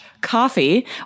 coffee